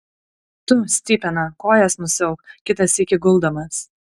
tu stipena kojas nusiauk kitą sykį guldamas